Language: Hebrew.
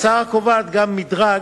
ההצעה קובעת גם מדרג,